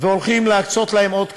והולכים להקצות להם עוד תקנים.